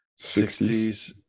60s